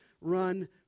run